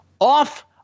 off